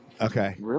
Okay